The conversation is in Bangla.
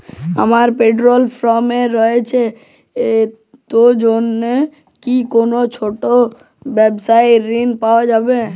আমার পোল্ট্রি ফার্ম রয়েছে তো এর জন্য কি কোনো ছোটো ব্যাবসায়িক ঋণ পাওয়া যাবে?